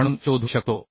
म्हणून शोधू शकतो